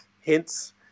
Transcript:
hints